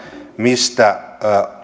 mistä